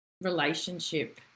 relationship